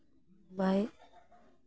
ᱵᱟᱭ